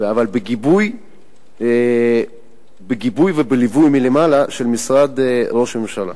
אבל בגיבוי ובליווי מלמעלה של משרד ראש הממשלה.